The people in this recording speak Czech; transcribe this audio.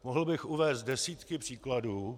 Mohl bych uvést desítky příkladů.